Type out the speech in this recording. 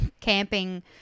camping